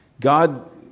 God